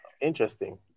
Interesting